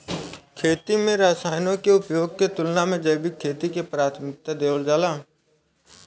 खेती में रसायनों के उपयोग के तुलना में जैविक खेती के प्राथमिकता देवल जाला